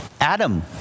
Adam